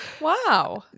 wow